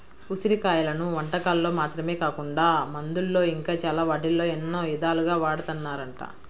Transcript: ఉసిరి కాయలను వంటకాల్లో మాత్రమే కాకుండా మందుల్లో ఇంకా చాలా వాటిల్లో ఎన్నో ఇదాలుగా వాడతన్నారంట